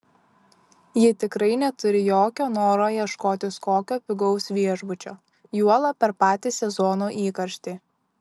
ji tikrai neturi jokio noro ieškotis kokio pigaus viešbučio juolab per patį sezono įkarštį